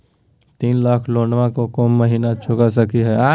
तीन लाख लोनमा को महीना मे चुका सकी हय?